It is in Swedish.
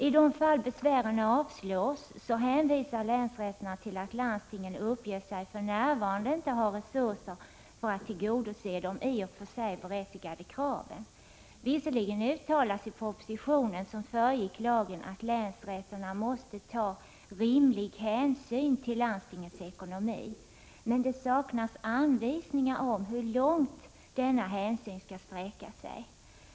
I de fall besvären avslås hänvisar länsrätterna till att landstingen uppger sig för närvarande inte ha resurser för att tillgodose de i och för sig berättigade kraven. Visserligen uttalades det i propositionen, som föregick lagen, att länsrätterna måste ta rimlig hänsyn till landstingens ekonomi. Men det saknas anvisningar om hur långt denna hänsyn skall sträcka sig.